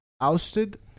ousted